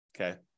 okay